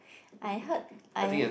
I heard I